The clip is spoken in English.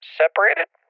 separated